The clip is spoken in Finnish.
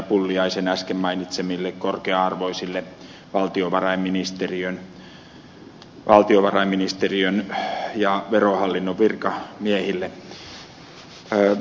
pulliaisen äsken mainitsemille korkea arvoisille valtiovarainministeriön ja verohallinnon virkamiehille